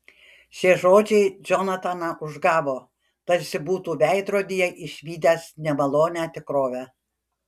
šie žodžiai džonataną užgavo tarsi būtų veidrodyje išvydęs nemalonią tikrovę